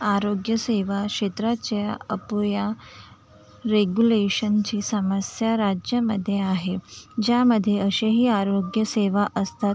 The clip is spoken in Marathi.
आरोग्य सेवा शेत्राच्या अपूया रेगुलेशनची समस्या राज्यामध्ये आहे ज्यामध्ये असेही आरोग्य सेवा असतात